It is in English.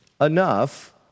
enough